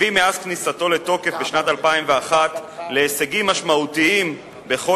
הביא מאז כניסתו לתוקף בשנת 2001 להישגים משמעותיים בכל